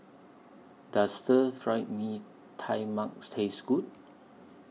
Does Stir Fry Mee Tai Mak Taste Good